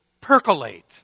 percolate